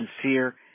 sincere